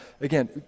again